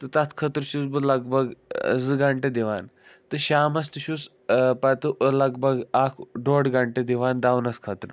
تہٕ تَتھ خٲطرٕ چھُس بہٕ لَگ بَگ زٕ گھنٛٹہٕ دِوان تہٕ شامَس تہِ چھُس پتہٕ لَگ بَگ اَکھ ڈۄڈ گھنٛٹہٕ دِوان دَونَس خٲطرٕ